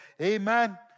Amen